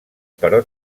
però